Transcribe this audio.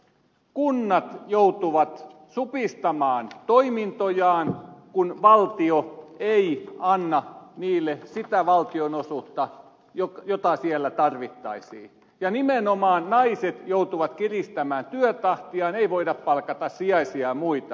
kunnat joutuvat supistamaan toimintojaan kun valtio ei anna niille sitä valtionosuutta jota siellä tarvittaisiin ja nimenomaan naiset joutuvat kiristämään työtahtiaan ei voida palkata sijaisia ja muita